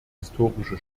historische